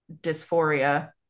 dysphoria